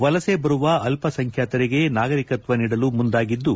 ವಲಸೆ ಬರುವ ಅಲ್ಲಸಂಖ್ಯಾತರಿಗೆ ನಾಗರಿಕತ್ವ ನೀಡಲು ಮುಂದಾಗಿದ್ದು